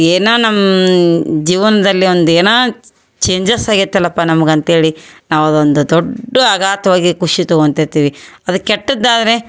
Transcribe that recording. ಏನೋ ನಮ್ಮ ಜೀವನದಲ್ಲಿ ಒಂದು ಏನೋ ಚೇಂಜಸ್ ಆಗ್ಯೇತಲ್ಲಪ ನಮ್ಗೆ ಅಂತೇಳಿ ನಾವು ಅದೊಂದು ದೊಡ್ಡ ಆಘಾತವಾಗಿ ಖುಷಿ ತೊಗೊಂತಿರ್ತೀವಿ ಅದು ಕೆಟ್ಟದ್ದಾದರೆ